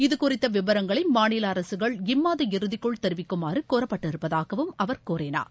இதுகுறித்த விவரங்களை மாநில அரசுகள் இம்மாத இறுதிக்குள் தெரிவிக்குமாறு கோரப்பட்டிருப்பதாகவும் அவர் கூறினார்